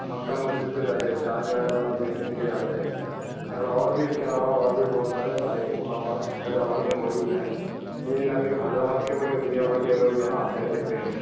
مکہ مسجد کو جاتے چار مینار جو ہے نا دیکھنے کے لیے آتے اور بھی اس کے علاوہ اور بھی بہت سارے تاریخی مقامات حیدرآباد میں موجود ہیں جنہیں نہ صرف حیدرآباد کے بلکہ دنیا بھر کے لوگ جو ہے نا آتے ہیں دیکھتے ہیں